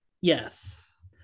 Yes